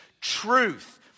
truth